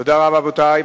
תודה רבה, רבותי.